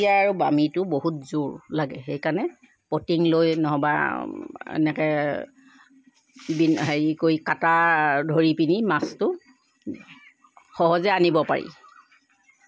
কুছীয়া আৰু বামীটো বহুত জোৰ লাগে সেইকাৰণে পটিঙ লৈ নহ'বা এনেকৈ বি হেৰি কৰি কাটা ধৰিপিনি মাছটো সহজে আনিব পাৰি